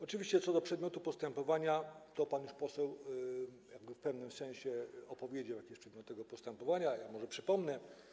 Oczywiście co do przedmiotu postępowania to pan poseł już jakby w pewnym sensie powiedział, jaki jest przedmiot tego postępowania, może tylko przypomnę.